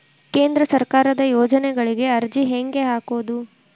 ಕೇಂದ್ರ ಸರ್ಕಾರದ ಯೋಜನೆಗಳಿಗೆ ಅರ್ಜಿ ಹೆಂಗೆ ಹಾಕೋದು?